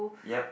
yup